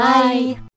Bye